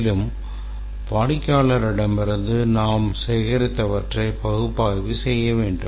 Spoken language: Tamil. மேலும் வாடிக்கையாளரிடமிருந்து நாங்கள் சேகரித்தவற்றை பகுப்பாய்வு செய்ய வேண்டும்